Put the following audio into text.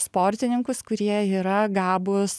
sportininkus kurie yra gabūs